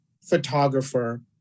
photographer